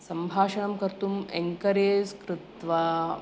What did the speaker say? सम्भाषणं कर्तुम् एङ्करेज् कृत्वा